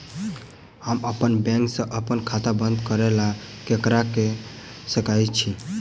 हम अप्पन बैंक सऽ अप्पन खाता बंद करै ला ककरा केह सकाई छी?